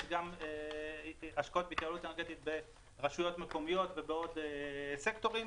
גם השקעות בהתייעלות אנרגטית ברשויות מקומיות ובעוד סקטורים